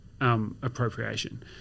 appropriation